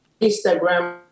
instagram